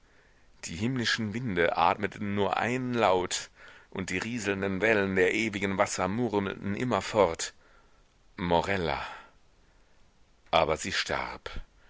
die himmlischen winde atmeten nur einen laut und die rieselnden wellen der ewigen wasser murmelten immerfort morella aber sie starb